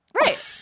Right